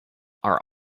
are